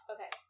Okay